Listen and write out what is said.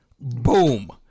boom